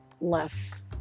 less